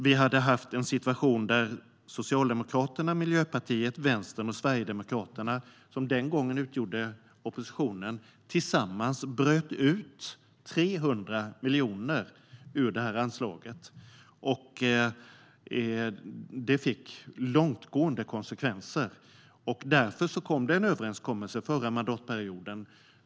Vi hade haft en situation där Socialdemokraterna, Miljöpartiet, Vänstern och Sverigedemokraterna, som den gången utgjorde opposition, tillsammans bröt ut 300 miljoner ur det anslaget. Det fick långtgående konsekvenser. Därför gjordes det en överenskommelse förra mandatperioden.